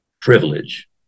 privilege